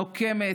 נוקמת,